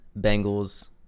Bengals